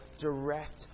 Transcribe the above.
direct